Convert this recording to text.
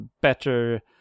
better